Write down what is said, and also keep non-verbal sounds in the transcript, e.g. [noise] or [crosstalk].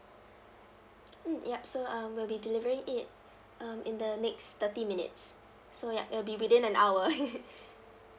[noise] mm ya so um we'll be delivering it um in the next thirty minutes so ya it will be within an hour [laughs] [breath]